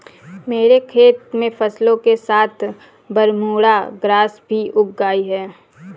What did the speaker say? मेरे खेत में फसलों के साथ बरमूडा ग्रास भी उग आई हैं